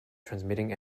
transmitting